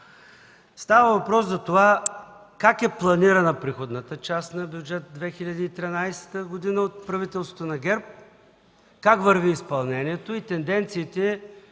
Става въпрос за това как е планирана приходната част на Бюджет 2013 г. от правителството на ГЕРБ, как върви изпълнението и тенденциите